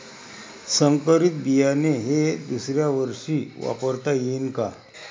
संकरीत बियाणे हे दुसऱ्यावर्षी वापरता येईन का?